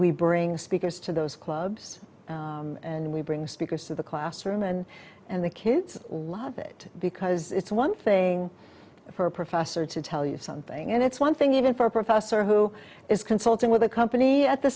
we bring speakers to those clubs and we bring speakers to the classroom and and the kids love it because it's one thing for a professor to tell you something and it's one thing even for a professor who is consulting with a company at the